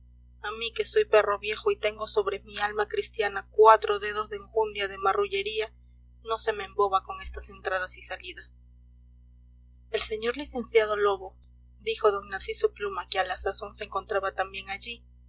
a mí que soy perro viejo y tengo sobre mi alma cristiana cuatro dedos de enjundia de marrullería no se me emboba con estas entradas y salidas el sr licenciado lobo dijo d narciso pluma que a la sazón se encontraba también allí